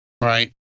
Right